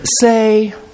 say